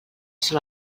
sol